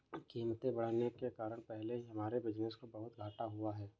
कीमतें बढ़ने के कारण पहले ही हमारे बिज़नेस को बहुत घाटा हुआ है